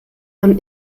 man